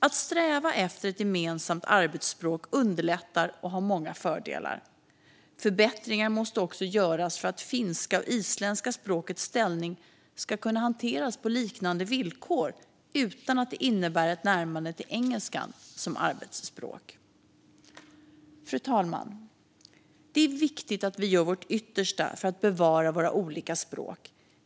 Att sträva efter ett gemensamt arbetsspråk underlättar och har många fördelar. Förbättringar måste också göras för att finska och isländska språkets ställning ska kunna hanteras på liknande villkor, utan att det innebär ett närmande till engelskan som arbetsspråk. Fru talman! Det är viktigt att vi gör vårt yttersta för att bevara våra olika språk.